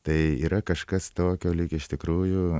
tai yra kažkas tokio lyg iš tikrųjų